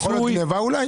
זה יכול להיות גניבה, אולי?